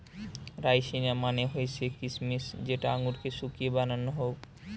রাইসিনা মানে হৈসে কিছমিছ যেটা আঙুরকে শুকিয়ে বানানো হউক